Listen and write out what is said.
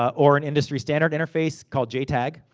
or an industry-standard interface, called jtag.